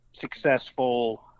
successful